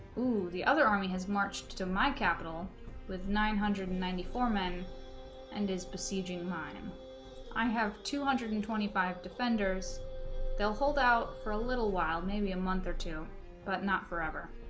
ooh the other army has marched to my capital with nine hundred and ninety four men and is besieging mine um i have two hundred and twenty five defenders they'll hold out for a little while maybe a month or two but not forever